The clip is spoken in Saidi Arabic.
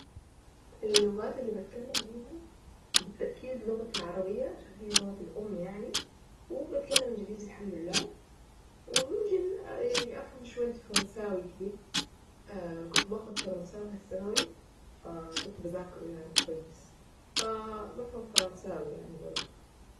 الواد اللي بتكلم بيها بالتأكيد لغتي العربية عشان هي لغتي الام يعني وبتكلم انجليزي الحمد لله وممكن يعني افهم شوية فرنساوي كده كنت باخذ فرنساوي في الثانوي فكنت بذاكره يعني كويس فبفهم فرنساوي يعني برضو.